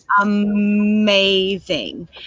amazing